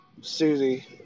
Susie